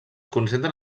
concentren